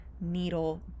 needle